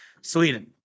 sweden